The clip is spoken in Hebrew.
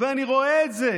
ואני רואה את זה.